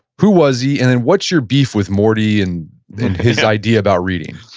who was he and and what's your beef with morty and his idea about reading?